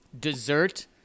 Dessert